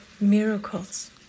miracles